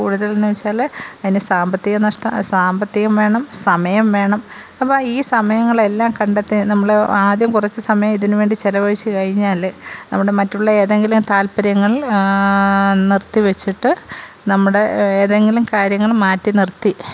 കൂടുതല് എന്ന് വെച്ചാൽ അതിന് സാമ്പത്തിക നഷ്ട് സാമ്പത്തികം വേണം സമയം വേണം അപ്പം ഈ സമയങ്ങളെല്ലാം കണ്ടെത്തി നമ്മൾ ആദ്യം കുറച്ച് സമയം ഇതിനുവേണ്ടി ചിലവഴിച്ച് കഴിഞ്ഞാൽ നമ്മുടെ മറ്റുള്ള ഏതെങ്കിലും താല്പ്പര്യങ്ങള് നിര്ത്തി വെച്ചിട്ട് നമ്മുടെ ഏതെങ്കിലും കാര്യങ്ങൾ മാറ്റി നിര്ത്തി